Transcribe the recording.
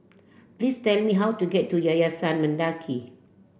please tell me how to get to Yayasan Mendaki